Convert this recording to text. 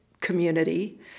community